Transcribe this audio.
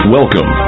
Welcome